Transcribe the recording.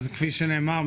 כפי שנאמר,